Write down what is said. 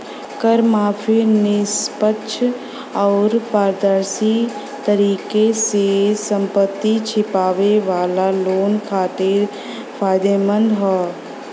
कर माफी निष्पक्ष आउर पारदर्शी तरीके से संपत्ति छिपावे वाला लोगन खातिर फायदेमंद हौ